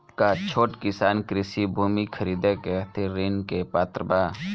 का छोट किसान कृषि भूमि खरीदे के खातिर ऋण के पात्र बा?